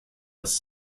was